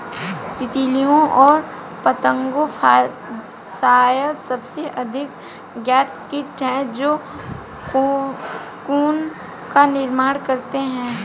तितलियाँ और पतंगे शायद सबसे अधिक ज्ञात कीट हैं जो कोकून का निर्माण करते हैं